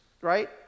Right